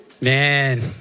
Man